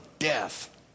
death